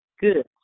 Good